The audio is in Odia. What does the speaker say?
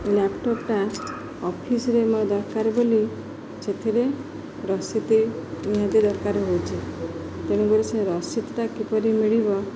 ଲ୍ୟାପଟପ୍ଟା ଅଫିସ୍ରେ ମୋର ଦରକାର ବୋଲି ସେଥିରେ ରସିଦ ନିହାତି ଦରକାର ହେଉଛି ତେଣୁକରି ସେ ରସିଦଟା କିପରି ମିଳିବ